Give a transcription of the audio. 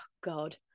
God